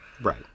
right